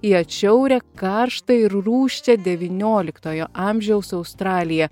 į atšiaurią karštą ir rūsčią devynioliktojo amžiaus australiją